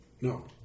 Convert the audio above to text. No